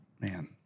Man